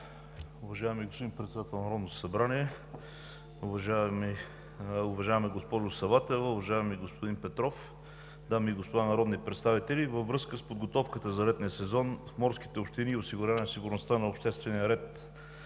Уважаеми господин Председател, уважаема госпожо Саватева, уважаеми господин Петров, дами и господа народни представители! Във връзка с подготовката за летния сезон в морските общини е осигурена сигурността на обществения ред,